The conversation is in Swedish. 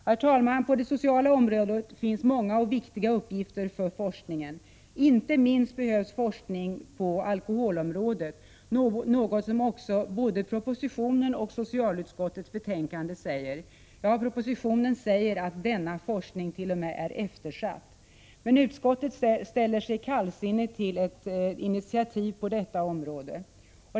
Herr talman! På det sociala området finns många och viktiga uppgifter för forskningen. Inte minst behövs forskning på alkoholområdet, något som också sägs i både propositionen och socialutskottets betänkande. I propositionen angest.o.m. att denna forskning är eftersatt. Men utskottet ställer sig kallsinnigt till initiativ på detta område.